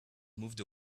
moved